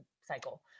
cycle